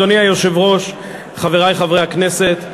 אדוני היושב-ראש, חברי חברי הכנסת,